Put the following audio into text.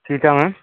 ଠିକ୍ ଆମେ